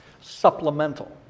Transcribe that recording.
supplemental